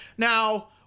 Now